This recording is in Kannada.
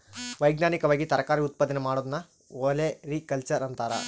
ವೈಜ್ಞಾನಿಕವಾಗಿ ತರಕಾರಿ ಉತ್ಪಾದನೆ ಮಾಡೋದನ್ನ ಒಲೆರಿಕಲ್ಚರ್ ಅಂತಾರ